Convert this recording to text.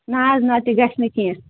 نہ حظ نہ تہِ گژھِ نہٕ کیٚنٛہہ